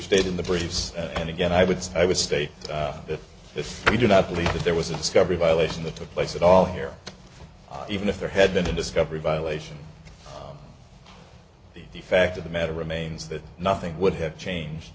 stayed in the briefs and again i would say i would state that if we do not believe that there was a discovery violation that took place at all here even if there had been a discovery violation the fact of the matter remains that nothing would have changed